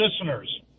listeners